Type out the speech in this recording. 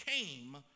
came